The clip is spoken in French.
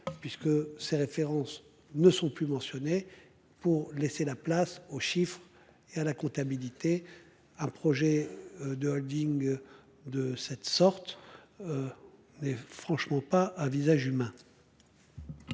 puisque ces références ne sont plus mentionnés pour laisser la place aux chiffres et à la comptabilité, un projet de Holding. De cette sorte. Mais franchement pas à visage humain.